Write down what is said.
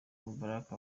mubarak